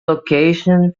location